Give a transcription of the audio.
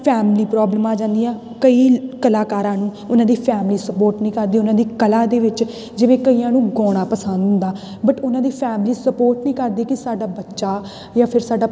family problem ਆ ਜਾਂਦੀ ਆ ਕਈ ਕਲਾਕਾਰਾਂ ਨੂੰ ਉਹਨਾਂ ਦੀ ਫੈਮਲੀ ਸਪੋਰਟ ਨਹੀਂ ਕਰਦੀ ਉਹਨਾਂ ਦੀ ਕਲਾ ਦੇ ਵਿੱਚ ਜਿਵੇਂ ਕਈਆਂ ਨੂੰ ਗਾਉਣਾ ਪਸੰਦ ਹੁੰਦਾ ਹੈ ਬਟ ਉਹਨਾਂ ਦੀ ਫੈਮਿਲੀ ਸਪੋਰਟ ਨਹੀਂ ਕਰਦੀ ਕਿ ਸਾਡਾ ਬੱਚਾ ਜਾਂ ਫਿਰ ਸਾਡਾ